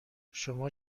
شما